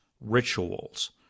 rituals